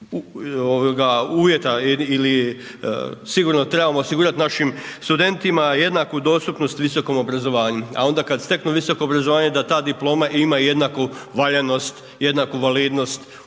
uvjeta ili sigurno trebamo osigurati našim studentima jednaku dostupnost visokom obrazovanju, a onda kad steknu visoko obrazovanje da ta diploma ima jednaku valjanost, jednaku validnost